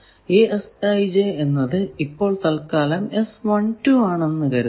ഈ എന്നത് ഇപ്പോൾ തത്കാലം ആണ് എന്ന് കരുതുക